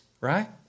right